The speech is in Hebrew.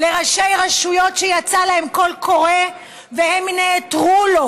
וראשי רשויות, יצא להם קול קורא והם נעתרו לו,